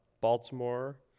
Baltimore